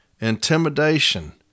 intimidation